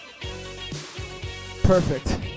Perfect